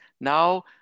Now